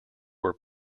were